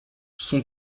son